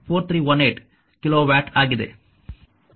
4318 kilowatt ಆಗಿದೆ